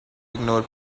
ignore